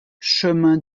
chemin